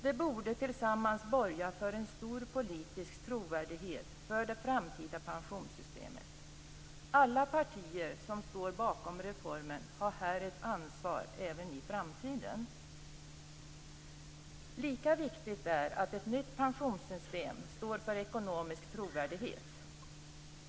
Det borde tillsammans borga för en stor politisk trovärdighet för det framtida pensionssystemet. Alla partier som står bakom reformen har här ett ansvar även i framtiden. Lika viktigt är att ett nytt pensionssystem står för ekonomisk trovärdighet.